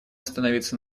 остановиться